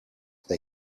they